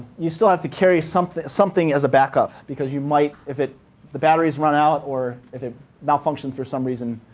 you still have to carry something something as a backup, because you might, if the batteries run out or if it malfunctions for some reason,